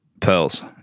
Pearls